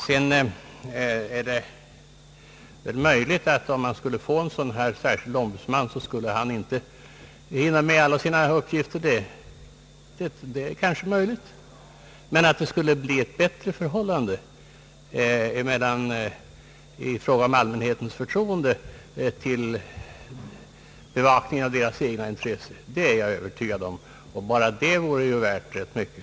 Om man skulle få en särskild ombudsman som motionärerna begärt är det möjligt att inte heller denne skulle hinna med alla de uppgifter som krävs. Men att allmänheten skulle få större förtroende för bevakningen av sina intressen, det är jag övertygad om. Bara det vore ju värt rätt mycket.